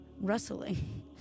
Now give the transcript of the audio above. Rustling